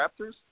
Raptors